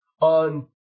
on